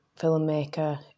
filmmaker